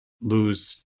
lose